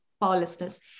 powerlessness